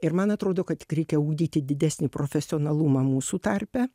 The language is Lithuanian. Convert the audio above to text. ir man atrodo kad tik reikia ugdyti didesnį profesionalumą mūsų tarpe